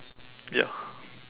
ya